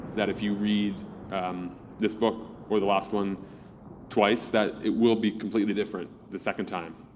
that if you read this book or the last one twice, that it will be completely different the second time.